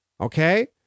okay